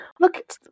look